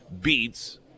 beats